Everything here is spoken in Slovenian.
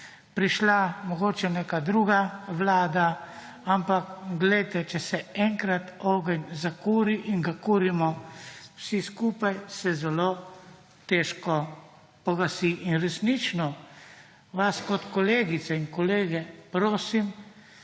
prišla mogoče neka druga vlada, ampak, glejte, če se enkrat ogenj zakuri in ga kurimo vsi skupaj, se zelo težko pogasi. In resnično vas kot kolegice in kolege prosim,